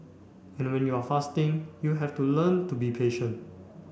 and when you are fasting you have to learn to be patient